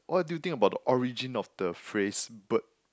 what do you think about the origin of the phrase bird